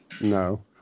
No